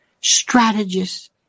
strategists